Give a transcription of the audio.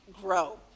grow